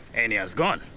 enya has gone.